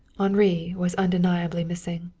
henri was undeniably missing.